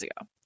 ago